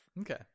Okay